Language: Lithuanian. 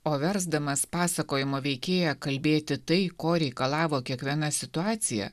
o versdamas pasakojimo veikėją kalbėti tai ko reikalavo kiekviena situacija